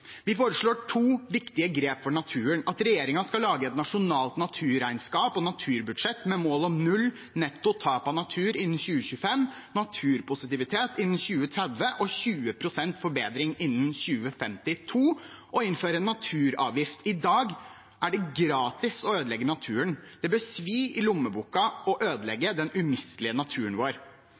Vi foreslår to viktige grep for naturen: at regjeringen skal lage et nasjonalt naturregnskap og et naturbudsjett med mål om null netto tap av natur innen 2025, naturpositivitet innen 2030 og 20 pst. forbedring innen 2052 å innføre en naturavgift I dag er det gratis å ødelegge naturen. Det bør svi i lommeboka å ødelegge den umistelige naturen vår.